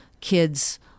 kids